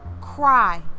Cry